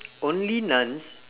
only nouns